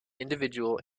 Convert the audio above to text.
individual